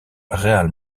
real